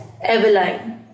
Eveline